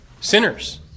Sinners